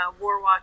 Warwalk